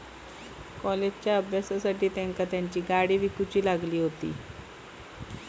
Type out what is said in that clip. कॉलेजच्या अभ्यासासाठी तेंका तेंची गाडी विकूची लागली हुती